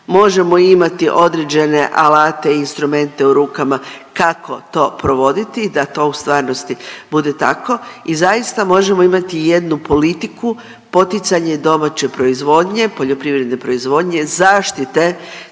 možemo imati određene alate i instrumente u rukama kako to provoditi i da to u stvarnosti bude tako i zaista, možemo imati jednu politiku, poticanje domaće proizvodnje, poljoprivredne proizvodnje, zaštite